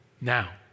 Now